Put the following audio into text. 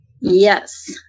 Yes